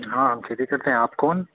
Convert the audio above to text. हाँ हम ख़रीदे तो थे आप कौन